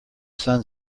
sun